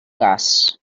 cas